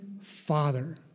Father